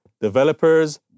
developers